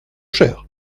cher